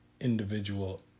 individual